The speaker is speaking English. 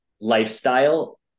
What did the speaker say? lifestyle